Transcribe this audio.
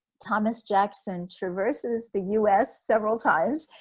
thomas jackson traverses the us several times.